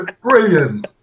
brilliant